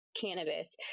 cannabis